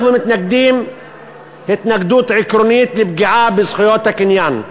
אנחנו מתנגדים התנגדות עקרונית לפגיעה בזכויות הקניין.